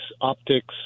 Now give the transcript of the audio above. optics